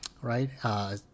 right